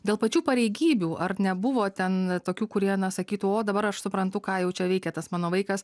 dėl pačių pareigybių ar nebuvo ten tokių kurie sakytų o dabar aš suprantu ką jau čia veikia tas mano vaikas